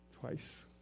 twice